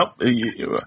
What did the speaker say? Nope